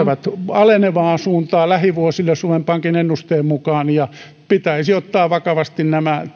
alenevaa suuntaa lähivuosille suomen pankin ennusteen mukaan ja pitäisi ottaa vakavasti nämä